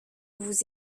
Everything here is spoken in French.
vous